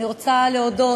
אני רוצה להודות,